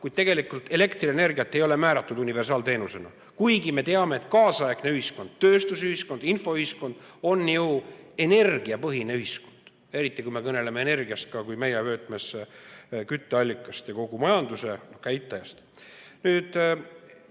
tagatud. Kuid elektrienergiat ei ole määratletud universaalteenusena, kuigi me teame, et nüüdisaegne ühiskond, tööstusühiskond, infoühiskond on ju energiapõhine ühiskond, eriti kui me kõneleme energiast meie vöötmes kui kütteallikast ja kogu majanduse käitajast.